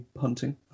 hunting